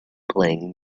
playing